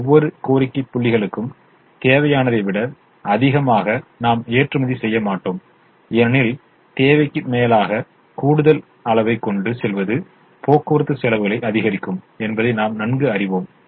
ஒவ்வொரு கோரிக்கை புள்ளிகளுக்கும் தேவையானதை விட அதிகமாக நாம் எற்றுமதி செய்ய மாட்டோம் ஏனெனில் தேவைக்கு மேலாக கூடுதல் அளவைக் கொண்டு செல்வது போக்குவரத்து செலவுகளை அதிகரிக்கும் என்பதை நாம் நன்கு அறிவோம்